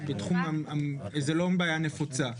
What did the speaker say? זה לא בעיה נפוצה.